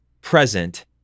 present